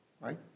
right